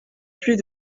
plus